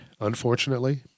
unfortunately